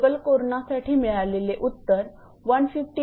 local कोरणासाठी मिळालेले उत्तर 158